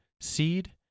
seed